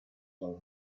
will